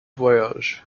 voyage